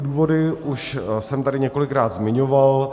Důvody jsem tady už několikrát zmiňoval.